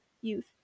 youth